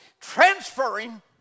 transferring